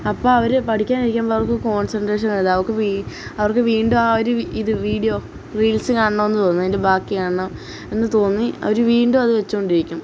അപ്പോള് അവര് പഠിക്കാനിരിക്കുമ്പോള് അവർക്ക് കോൺസെൻട്രേഷനില്ല അവർക്ക് അവർക്ക് വീണ്ടും ആ ഒരു ഇത് വീഡിയോ റീൽസ് കാണണമെന്ന് തോന്നും അതിൻ്റെ ബാക്കി കാണണം എന്നുതോന്നി അവര് വീണ്ടും അത് വെച്ചോണ്ടിരിക്കും